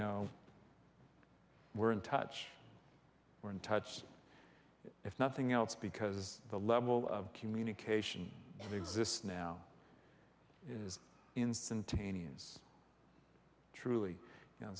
know we're in touch we're in touch if nothing else because the level of communication exists now is instantaneous truly you know